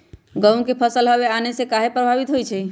गेंहू के फसल हव आने से काहे पभवित होई छई?